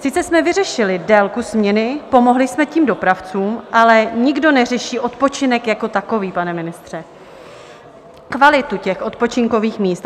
Sice jsme vyřešili délku směny, pomohli jsme tím dopravcům, ale nikdo neřeší odpočinek jako takový, pane ministře, kvalitu těch odpočinkových míst.